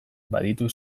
baditu